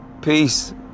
Peace